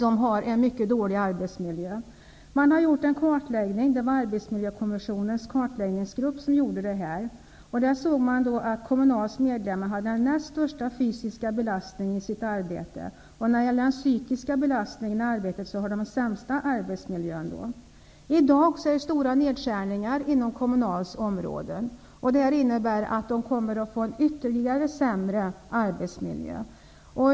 De har en mycket dålig arbetsmiljö. Arbetsmiljökommissionens kartläggningsgrupp har gjort en kartläggning. Då såg man att Kommunals medlemmar hade den näst största fysiska belastningen i sitt arbete. När det gäller den psykiska belastningen i arbetet har de den sämsta arbetsmiljön. I dag sker det stora nedskärningar inom Kommunals område. Det innebär att Kommunals medlemmar kommer att få en ännu sämre arbetsmiljö.